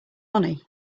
money